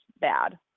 bad